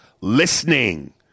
listening